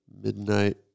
Midnight